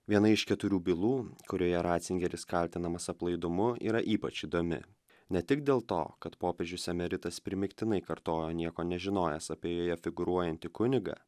viena iš keturių bylų kurioje racingeris kaltinamas aplaidumu yra ypač įdomi ne tik dėl to kad popiežius emeritas primygtinai kartojo nieko nežinojęs apie joje figūruojantį kunigą